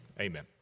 Amen